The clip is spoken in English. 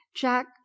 jack